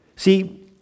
See